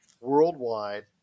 worldwide